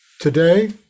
Today